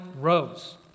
rose